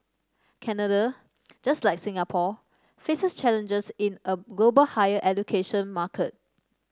Canada just like Singapore faces challenges in a global higher education market